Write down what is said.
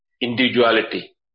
Individuality